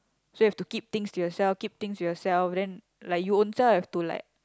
so you have to keep things to yourself keep things to yourself then you own self have to like